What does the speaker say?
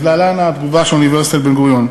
אז להלן התגובה של אוניברסיטת בן-גוריון,